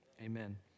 Amen